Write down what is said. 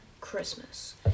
christmas